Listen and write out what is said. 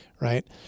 Right